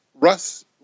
Russ